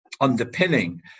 underpinning